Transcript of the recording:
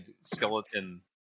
skeleton